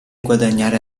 guadagnare